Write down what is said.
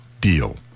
deal